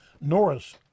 Norris